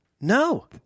no